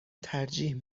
ترجیح